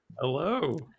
Hello